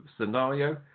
scenario